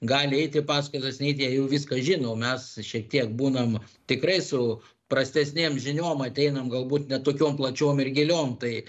gali eit į paskaitas neit jie jau viską žino o mes šiek tiek būnam tikrai su prastesnėm žiniom ateinam galbūt ne tokiom plačiom ir giliom tai